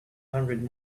hundred